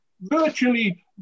virtually